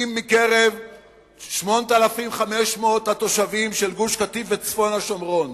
אם מקרב 8,500 התושבים של גוש-קטיף וצפון-השומרון